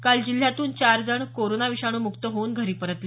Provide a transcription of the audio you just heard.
काल जिल्ह्यातून चार जण कोरोना विषाणू मुक्त होऊन घरी परतले